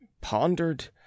pondered